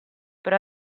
per